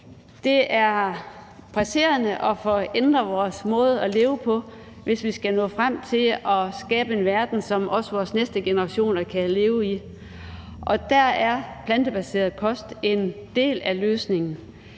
Det er presserende at få ændret vores måde at leve på, hvis vi skal nå frem til at skabe en verden, som også vores næste generationer kan leve i. Og der er plantebaseret kost en del af løsningen.